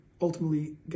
ultimately